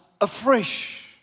afresh